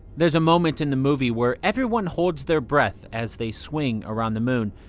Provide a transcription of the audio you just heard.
there's a moment in the movie where everyone holds their breath as they swing around the moon.